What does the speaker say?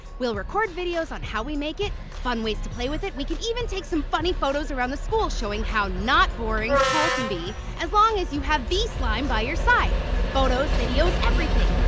we'll record videos on how we make it, fun ways to play with it. we can even take some funny photos around the school showing how not boring school can be as long as you have veeslime by your side. photos, videos, everything!